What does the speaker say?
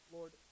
Lord